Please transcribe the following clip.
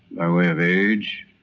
by way of age,